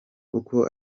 uko